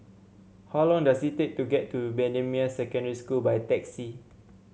how long does it take to get to Bendemeer Secondary School by taxi